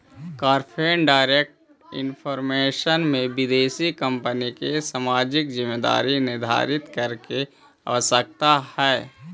foreign direct investment में विदेशी कंपनिय के सामाजिक जिम्मेदारी निर्धारित करे के आवश्यकता हई